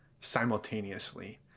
simultaneously